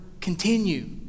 continue